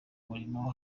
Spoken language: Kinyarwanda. murimo